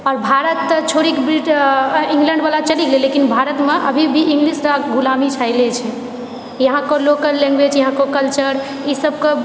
आर भारत तऽ छोड़ी कऽ तऽ इंग्लैंड वाला चलि गेलै लेकिन भारतमे अभी भी इंगलिशके गुलामी छाएले छै यहाँ कऽ लोकल लैंग्वेज यहाँ कऽ कल्चर ई सबकेँ